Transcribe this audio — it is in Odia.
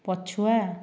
ପଛୁଆ